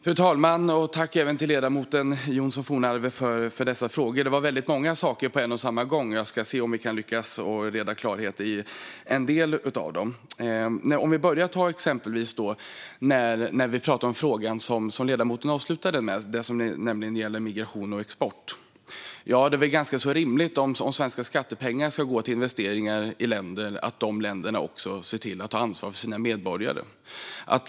Fru talman! Jag tackar ledamoten Johnsson Fornarve för dessa frågor. Det var väldigt många saker på en och samma gång, och jag ska se om vi kan lyckas få klarhet i en del av det. Ta exempelvis den fråga som ledamoten avslutade med, alltså den som gäller migration och export. Om svenska skattepengar ska gå till investeringar i andra länder är det väl ganska rimligt att de länderna ser till att ta ansvar för sina medborgare.